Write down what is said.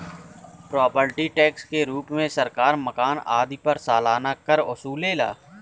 property tax के रूप में सरकार मकान आदि पर सालाना कर वसुलेला